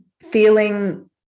feeling